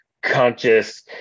conscious